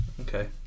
Okay